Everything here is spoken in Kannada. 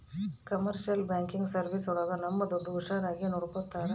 ಕಮರ್ಶಿಯಲ್ ಬ್ಯಾಂಕಿಂಗ್ ಸರ್ವೀಸ್ ಒಳಗ ನಮ್ ದುಡ್ಡು ಹುಷಾರಾಗಿ ನೋಡ್ಕೋತರ